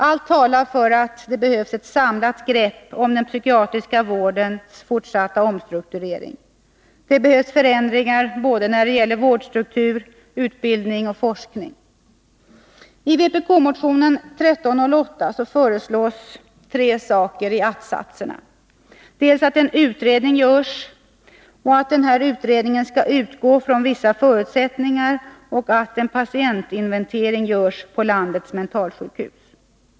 Allt talar för att det behövs ett samlat grepp om den psykiatriska vårdens fortsatta omstrukturering. Det behövs förändringar både när det gäller vårdstruktur, utbildning och forskning. I vpk-motionen 1308 framförs tre förslag i att-satserna: att en utredning görs, att denna utredning skall utgå från vissa förutsättningar och att en patientinventering görs på landets mentalsjukhus.